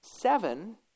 seven